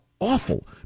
awful